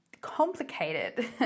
complicated